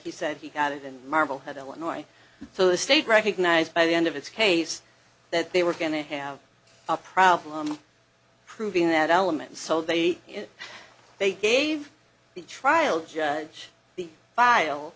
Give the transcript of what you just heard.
he said he got it in marblehead illinois so the state recognized by the end of its case that they were going to have a problem proving that element so they it they gave the trial judge the file